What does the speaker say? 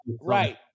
Right